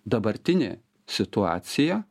dabartinė situacija